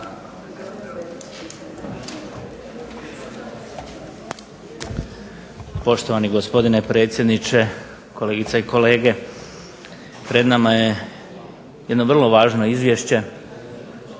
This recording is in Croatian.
Poštovani gospdine predsjedniče, kolegice i kolege. Pred nama je jedno vrlo važno izvješće,